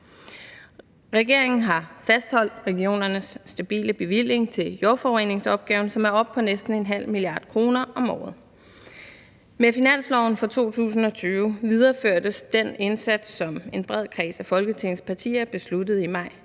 Regeringen har fastholdt regionernes stabile bevilling til jordforureningsopgaven, som er oppe på næsten en halv millard kroner om året. Med finansloven for 2020 videreførtes den indsats, som en bred kreds af Folketingets partier besluttede i maj